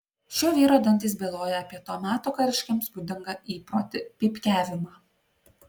šio vyro dantys byloja apie to meto kariškiams būdingą įprotį pypkiavimą